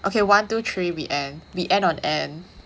okay one two three we end we end on end